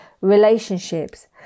relationships